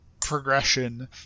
progression